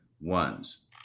ones